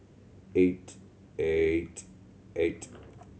eight eight eight